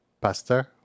Pastor